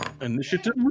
Initiative